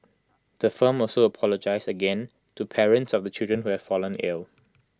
the firm also apologised again to parents of the children who have fallen ill